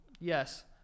Yes